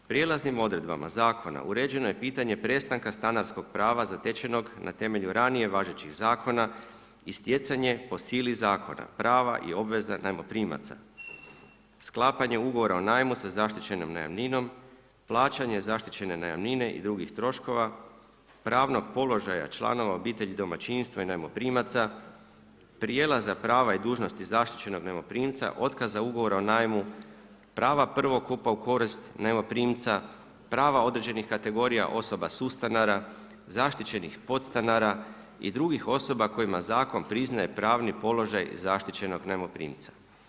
Prijelaznim odredbama zakona uređeno je pitanje prestanka stanarskog prava zatečenog na temelju ranije važećeg zakona i stjecanje po sili zakona prava i obveza najmoprimaca, sklapanje ugovora o najmu za zaštićenom najamninom, plaćanje zaštićene najamnine i drugih troškova, pravnog položaja članova, obitelji, domaćinstva i najmoprimaca, prijelaza prava i dužnosti zaštićenog najmoprimca, otkaza ugovora o najmu, prava prvokupa u korist najmoprimca, prava određenih kategorija osoba sustanara, zaštićenih podstanara i drugih osoba kojima zakon priznaje pravni položaj zaštićenog najmoprimca.